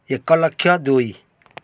ଏକ ଲକ୍ଷ ଦୁଇ